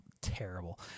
terrible